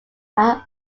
are